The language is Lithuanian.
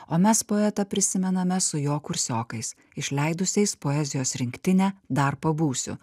o mes poetą prisimename su jo kursiokais išleidusiais poezijos rinktinę dar pabūsiu